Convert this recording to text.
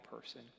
person